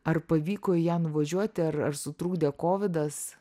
ar pavyko į ją nuvažiuoti ar ar sutrukdė kovidas